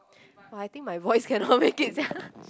[wah] I think my voice cannot make it sia